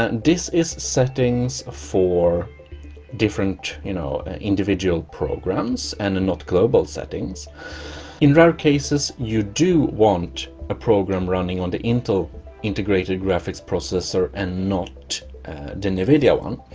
ah this is settings for different, you know individual programs and and not global settings in rare cases you do want a program running on the intel integrated graphics processor and not the nvidia one.